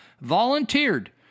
volunteered